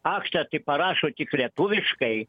aktą tai parašo tik lietuviškai